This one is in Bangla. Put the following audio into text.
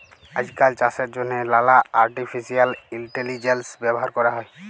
আইজকাল চাষের জ্যনহে লালা আর্টিফিসিয়াল ইলটেলিজেলস ব্যাভার ক্যরা হ্যয়